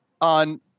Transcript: on